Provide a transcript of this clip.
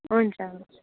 हुन्छ हुन्छ